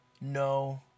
No